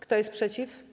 Kto jest przeciw?